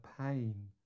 pain